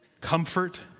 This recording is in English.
comfort